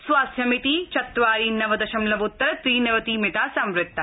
स्वास्थ्यमिति चत्वारि नव दशमलवोत्तर त्रनावति मिना संहत्ता